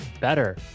better